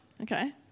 Okay